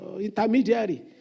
Intermediary